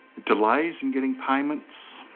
delays in getting payments.